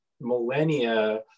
millennia